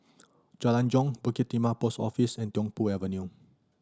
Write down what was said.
Jalan Jong Bukit Timah Post Office and Tiong Poh Avenue